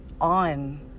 on